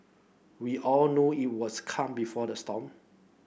we all know it was the calm before the storm